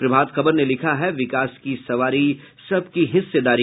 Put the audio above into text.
प्रभात खबर ने लिखा है विकास की सवारी सब की हिस्सेदारी